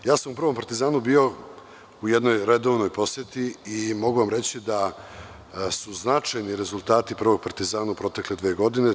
U „Prvom Partizanu“ sam bio u jednoj redovnoj poseti i mogu vam reći da su značajni rezultati „Prvog Partizana“ u protekle dve godine.